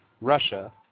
Russia